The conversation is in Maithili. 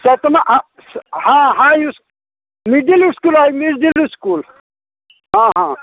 सतमा आ हँ हाइ इसकुल मिडिल अइ मिडिल इसकुल हँ हँ